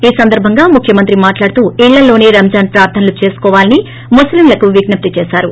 ఈ సందర్బంగా ముఖ్యమంత్రి మాట్లాడుతూ ఇర్లలోనే రంజాన్ ప్రార్లనలు చేసుకోవాలని ముస్లేంలకు విజ్జప్తి చేశారు